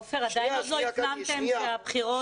זה בסדר, עופר, עדיין לא הפנמתם שהבחירות היו.